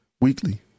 Weekly